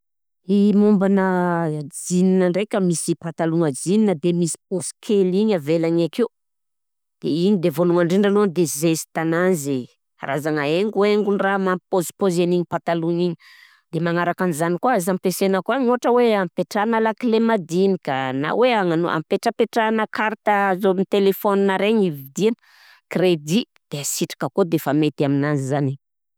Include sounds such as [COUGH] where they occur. [HESITATION] Mombana jean ndraika misy pataloha jean de misy pôsy kely igny avelany akeo de igny de vôlôhany ndrindra aloha de zestananzy e, karazagna haingohaingondraha mampipôzipôzy an'igny pataloha igny, de magnaraka an'zany koà azo ampiasaina koà ôhatra hoe ampitrahagna lakile madinika na hoe agnanao- agnampetrapetragna carte zao amin'ny telefôna regny vidiagna: credit, de asitrika akao defa mety aminanzy zany.